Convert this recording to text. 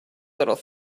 little